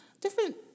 different